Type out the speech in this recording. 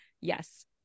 Yes